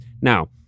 Now